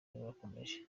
rurakomeje